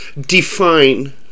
define